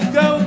go